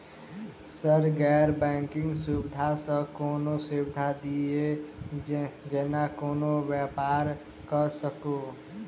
Sir गैर banking सुविधा सँ कोनों सुविधा दिए जेना कोनो व्यापार करऽ सकु?